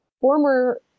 former